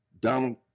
Donald